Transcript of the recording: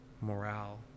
morale